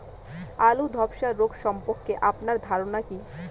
আলু ধ্বসা রোগ সম্পর্কে আপনার ধারনা কী?